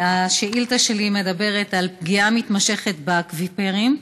השאילתה שלי מדברת על פגיעה מתמשכת באקוויפרים.